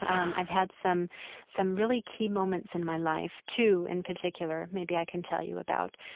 i've had some some really key moments in my life, two in particular, maybe i can tell you about.